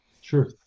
Sure